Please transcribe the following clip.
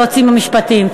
היועצים המשפטיים.